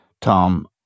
Tom